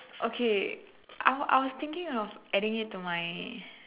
okay I I was thinking of adding it to my